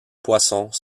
poissons